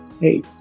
Hey